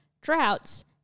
droughts